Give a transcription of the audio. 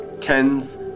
Tens